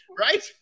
Right